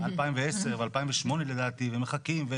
מ-2010 ו-2008 לדעתי, מחכים.